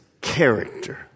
character